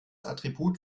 attribut